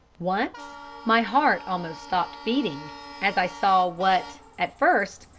once my heart almost stopped beating as i saw what, at first,